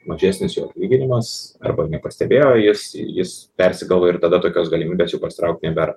mažesnis jo atlyginimas arba nepastebėjo jis jis persigalvojo ir tada tokios galimybės jau pasitraukt nebėra